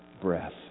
breath